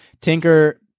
Tinker